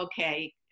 okay